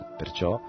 perciò